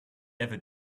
ever